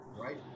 right